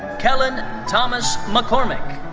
kellen thomas mccormick.